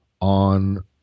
on